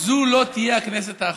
זו תהיה לו הכנסת האחרונה.